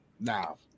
now